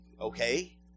okay